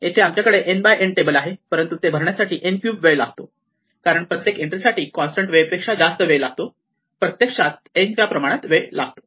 येथे आमच्याकडे n by n table आहे परंतु ते भरण्यासाठी n क्यूब वेळ लागतो कारण प्रत्येक एंट्रीसाठी कॉन्स्टंट वेळेपेक्षा जास्त वेळ लागतो प्रत्यक्षात n च्या प्रमाणात वेळ लागतो